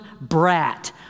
brat